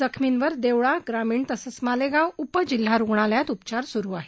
जखमींवर देवळा ग्रामीण तसंच मालेगाव उप जिल्हा रुग्णालयात उपचार सुरू आहेत